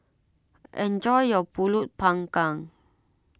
enjoy your Pulut Panggang